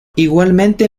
igualmente